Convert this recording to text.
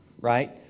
right